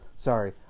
Sorry